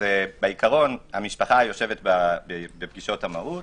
המשפחה יושבת בפגישות המהו"ת